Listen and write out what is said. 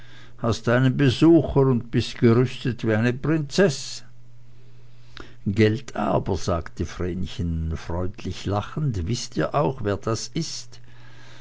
hast einen besucher und bist gerüstet wie eine prinzeß gelt aber sagte vrenchen freundlich lachend wißt ihr auch wer das ist